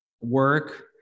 work